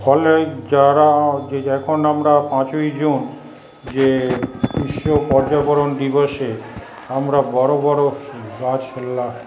ফলে যারা যখন আমরা পাঁচই জুন যে বিশ্ব পর্যাবরণ দিবসে আমরা বড়ো বড়ো গাছ লা